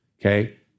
okay